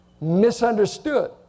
Misunderstood